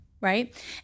right